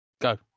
Go